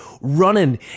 running